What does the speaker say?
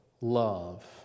love